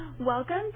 Welcome